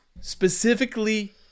specifically